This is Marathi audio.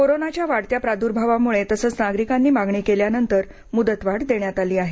कोरोनाच्या वाढत्या प्रादूर्भावामुळे तसंच नागरिकांनी मागणी केल्यानंतर मुदतवाढ करण्यात आली आहे